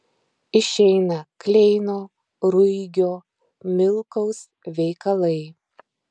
išeina kleino ruigio milkaus veikalai